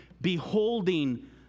beholding